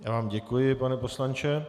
Já vám děkuji, pane poslanče.